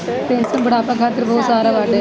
pension बुढ़ापा खातिर बहुते सहारा बाटे